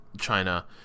China